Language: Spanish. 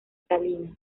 salinas